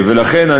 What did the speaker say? ולכן,